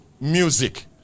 music